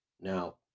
Now